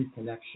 reconnection